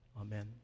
Amen